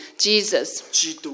Jesus